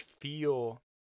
feel